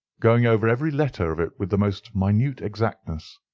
going over every letter of it with the most minute exactness.